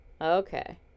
Okay